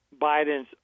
Biden's